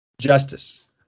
justice